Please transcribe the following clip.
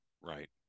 Right